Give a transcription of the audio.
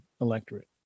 electorate